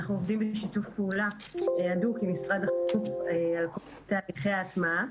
אנחנו עובדים בשיתוף פעולה הדוק עם משרד החינוך על כל נושא ההטמעה.